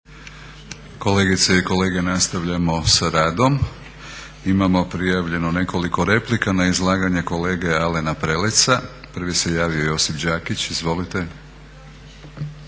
Kolegice i kolege nastavljamo sa radom. Imamo prijavljeno nekoliko replika na izlaganje kolege Alena Preleca. Prvi se javio Josip Đakić. Izvolite.